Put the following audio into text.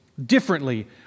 differently